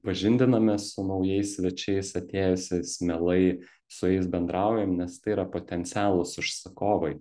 pažindinamės su naujais svečiais atėjusiais mielai su jais bendraujam nes tai yra potencialūs užsakovai